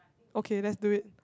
okay let's do it